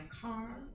car